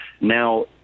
Now